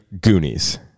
goonies